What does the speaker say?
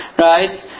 right